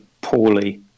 poorly